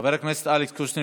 חבר הכנסת אלכס קושניר,